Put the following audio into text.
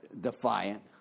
defiant